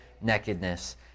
nakedness